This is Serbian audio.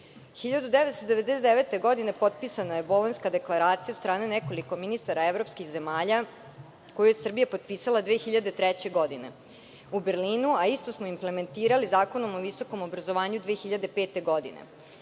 1999. je potpisana Bolonjska deklaracija od strane nekoliko ministara evropskih zemalja, koju je Srbija potpisala 2003. godine u Berlinu, a isto smo implementirali Zakonom o visokom obrazovanju 2005. godine.